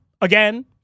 again